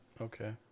Okay